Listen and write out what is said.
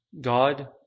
God